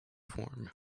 form